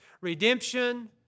redemption